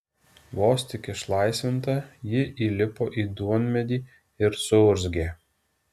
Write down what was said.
vos tik išlaisvinta ji įlipo į duonmedį ir suurzgė